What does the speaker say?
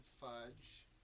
fudge